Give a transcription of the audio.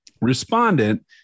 respondent